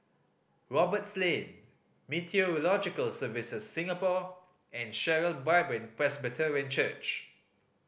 Roberts Lane Meteorological Services Singapore and Sharon Bible Presbyterian Church